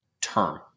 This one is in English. term